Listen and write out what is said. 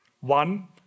One